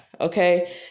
okay